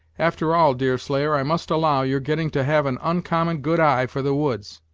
after all, deerslayer, i must allow, you're getting to have an oncommon good eye for the woods!